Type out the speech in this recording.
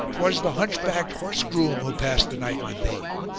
twas the hunchbacked horse-groom who passed the night with thee!